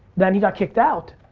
then he got kicked out,